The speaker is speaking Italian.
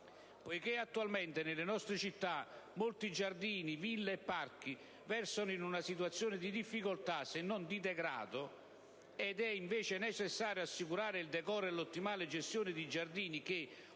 poiché attualmente nelle nostre città molti giardini, ville e parchi versano in una situazione di difficoltà - se non di degrado - ed è invece necessario assicurare il decoro e l'ottimale gestione di giardini che, oltre